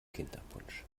kinderpunsch